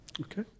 Okay